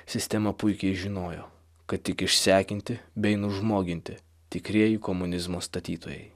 sistema puikiai žinojo kad tik išsekinti bei nužmoginti tikrieji komunizmo statytojai